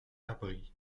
abris